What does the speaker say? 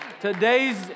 Today's